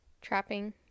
trapping